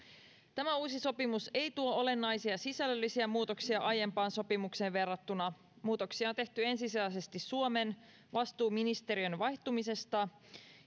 tämä uusi sopimus ei tuo olennaisia sisällöllisiä muutoksia aiempaan sopimukseen verrattuna muutoksia on tehty ensisijaisesti suomen vastuuministeriön vaihtumisesta